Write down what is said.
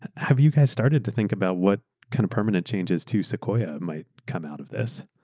have you guys started to think about what kind of permanent changes to sequoia might come out of this?